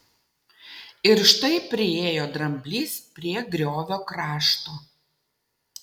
ir štai priėjo dramblys prie griovio krašto